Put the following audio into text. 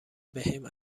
بهم